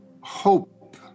Hope